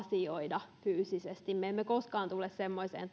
asioida fyysisesti me emme koskaan pääse semmoiseen